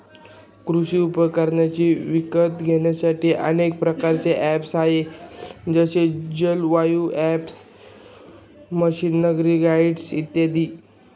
कृषी उपकरणे विकत घेण्यासाठी अनेक प्रकारचे ऍप्स आहेत जसे जलवायु ॲप, मशीनरीगाईड इत्यादी